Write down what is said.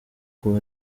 kuba